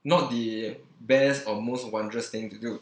not the best or most wondrous thing to do